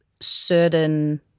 certain